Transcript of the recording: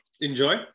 Enjoy